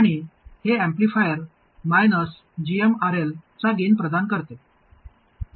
आणि हे amplifier gmRL चा गेन प्रदान करते